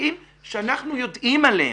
תיקים שאנחנו יודעים עליהם.